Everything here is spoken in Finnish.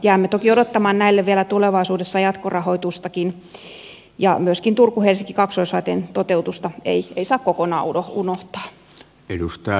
jäämme toki odottamaan näille vielä tulevaisuudessa jatkorahoitustakin ja myöskään turkuhelsinki kaksoisraiteen toteutusta ei saa kokonaan unohtaa